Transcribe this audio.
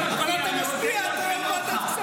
אותך לאחד המשפיעים אתה מתלונן.